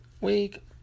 week